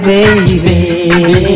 Baby